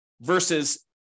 Versus